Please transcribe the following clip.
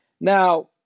Now